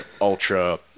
ultra